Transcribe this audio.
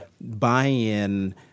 buy-in